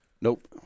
Nope